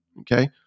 okay